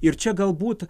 ir čia galbūt